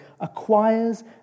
acquires